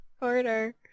order